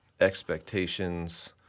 expectations